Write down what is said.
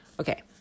okay